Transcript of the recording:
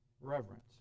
reverence